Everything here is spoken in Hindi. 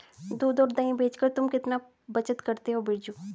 दूध और दही बेचकर तुम कितना बचत करते हो बिरजू?